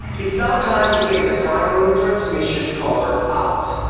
it's now time to take the primary transmission cover out.